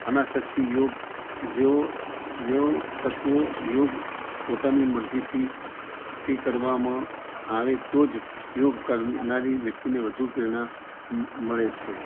અનાસક્તિ યોગ છે જેઓ જેવો તત્વો યોગ પોતાની મરજીથી કરવામાં આવે તો જ યોગ કરનારી વ્યક્તિને વધુ પ્રેરણા મળે છે